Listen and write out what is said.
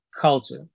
culture